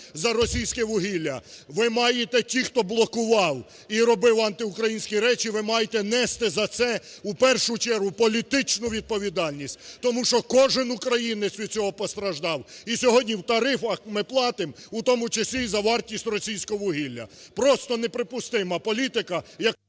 за російське вугілля. Ви маєте, ті, хто блокував і робив антиукраїнські речі, ви маєте нести за це в першу чергу політичну відповідальність, тому що кожний українець від цього постраждав. І сьогодні у тарифах ми платимо в тому числі і за вартість російського вугілля. Просто неприпустима політика, яка…